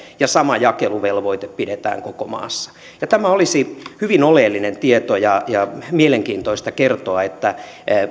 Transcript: ja sama jakeluvelvoite pidetään koko maassa vaikka postin määrä vähenee tämä olisi hyvin oleellinen tieto ja mielenkiintoista kertoa niin että